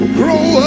grow